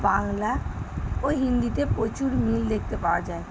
বাংলা ও হিন্দিতে প্রচুর মিল দেখতে পাওয়া যায়